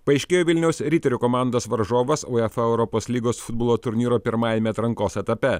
paaiškėjo vilniaus riterių komandos varžovas uefa europos lygos futbolo turnyro pirmajame atrankos etape